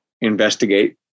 investigate